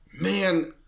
Man